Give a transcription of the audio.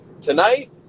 Tonight